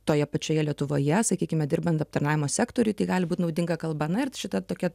toje pačioje lietuvoje sakykime dirbant aptarnavimo sektoriuj tai gali būt naudinga kalba na ir šita tokia